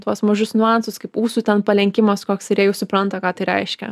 tuos mažus niuansus kaip ūsų ten palenkimas koks ir jie jau supranta ką tai reiškia